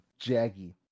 Jaggy